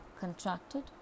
Contracted